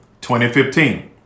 2015